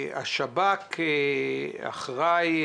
השב"כ אחראי